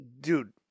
Dude